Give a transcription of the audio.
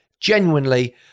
genuinely